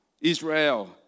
Israel